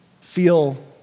feel